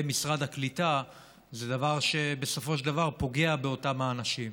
משרד הקליטה היא דבר שבסופו של דבר פוגע באותם אנשים.